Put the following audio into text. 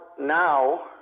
now